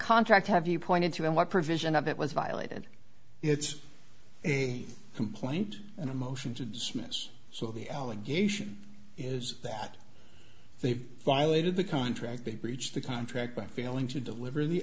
contract have you pointed to and what provision of that was violated it's a complaint and a motion to dismiss so the allegation is that they've violated the contract they breached the contract by failing to deliver the